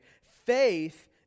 Faith